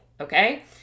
Okay